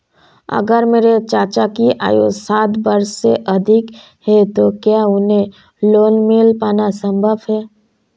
अगर मेरे चाचा की आयु साठ वर्ष से अधिक है तो क्या उन्हें लोन मिल पाना संभव है?